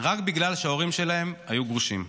רק בגלל שההורים שלהם היו גרושים.